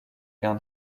gain